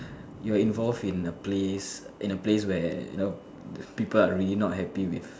you are involved in a place in a place where you know people are really not happy with